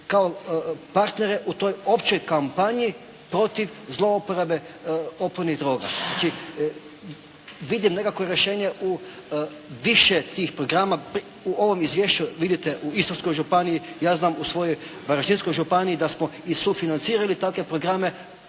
kao partnere u toj općoj kampanji protiv zlouporabe opojnih droga. Znači vidim nekakvo rješenje u više tih programa, u ovom izvješću vidite u Istarskoj županiji ja znam u svojoj Varaždinskoj županiji da smo i sufinancirali takve programe